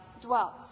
dwelt